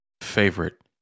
favorite